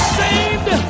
saved